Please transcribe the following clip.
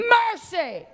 mercy